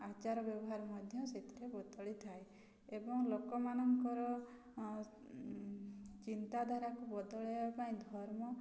ଆଚାର ବ୍ୟବହାର ମଧ୍ୟ ସେଥିରେ ବଦଳିଥାଏ ଏବଂ ଲୋକମାନଙ୍କର ଚିନ୍ତାଧାରାକୁ ବଦଳାଇବା ପାଇଁ ଧର୍ମ